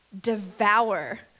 devour